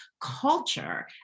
culture